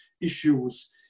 issues